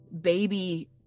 baby